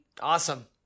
Awesome